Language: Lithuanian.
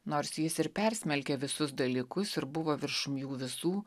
nors jis ir persmelkė visus dalykus ir buvo viršum jų visų